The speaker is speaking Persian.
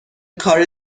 کار